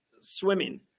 swimming